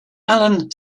allen